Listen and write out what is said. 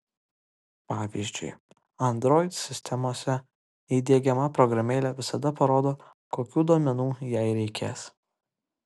pavyzdžiui android sistemose įdiegiama programėlė visada parodo kokių duomenų jai reikės